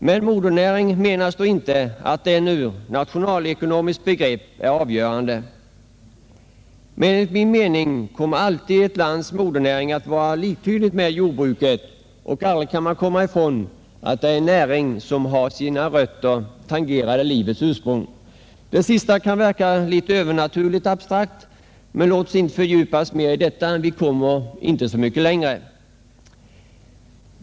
Med modernäring menas då inte att den ur nationalekonomisk synpunkt är avgörande. Men enligt min mening kommer jordbruket alltid att vara ett lands modernäring, och man kan aldrig komma ifrån att det är en näring som har sina rötter tangerande livets ursprung. Det sista kan verka litet övernaturligt abstrakt, men låt oss inte fördjupas mer i detta, eftersom vi ändå inte kommer så mycket längre.